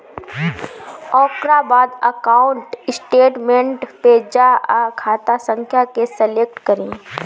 ओकरा बाद account statement पे जा आ खाता संख्या के सलेक्ट करे